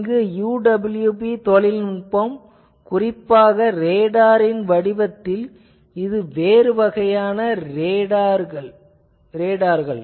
இந்த UWB தொழில்நுட்பம் குறிப்பாக ரேடாரின் வடிவத்தில் இது வேறு வகையான ரேடார்கள்